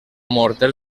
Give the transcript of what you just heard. morter